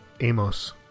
Amos